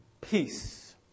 peace